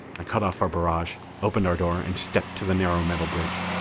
i cut off our barrage, opened our door and stepped to the narrow metal bridge.